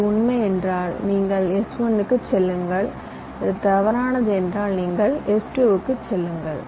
இது உண்மை என்றால் நீங்கள் s1 க்குச் செல்லுங்கள் இது தவறானது என்றால் நீங்கள் s2 க்குச் செல்லுங்கள்